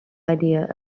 idea